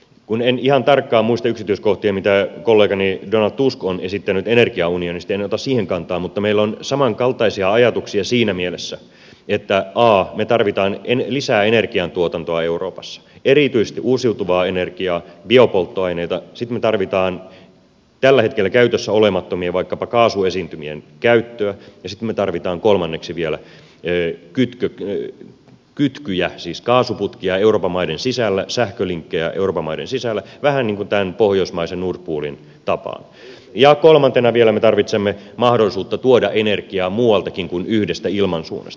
kun en ihan tarkkaan muista yksityiskohtia mitä kollegani donald tusk on esittänyt energiaunionista en ota siihen kantaa mutta meillä on samankaltaisia ajatuksia siinä mielessä että ensinnäkin me tarvitsemme lisää energiantuotantoa euroopassa erityisesti uusiutuvaa energiaa biopolttoaineita sitten me tarvitsemme tällä hetkellä käytössä olemattomien vaikkapa kaasuesiintymien käyttöä ja sitten me tarvitsemme kolmanneksi vielä kytkyjä siis kaasuputkia euroopan maiden sisällä sähkölinkkejä euroopan maiden sisällä vähän niin kuin tämän pohjoismaisen nord poolin tapaan ja neljäntenä vielä me tarvitsemme mahdollisuutta tuoda energiaa muualtakin kuin yhdestä ilmansuunnasta